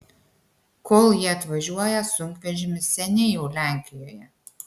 kol jie atvažiuoja sunkvežimis seniai jau lenkijoje